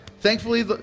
Thankfully